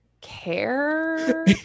care